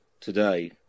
today